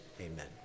amen